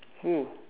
who